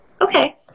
Okay